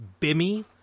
Bimmy